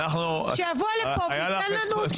שיבוא לפה וייתן לנו תשובה.